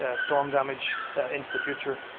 ah storm damage into the future,